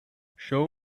show